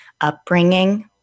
upbringing